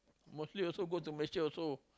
mostly also go to Malaysia also